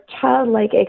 childlike